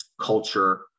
culture